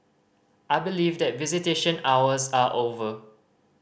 I believe that visitation hours are over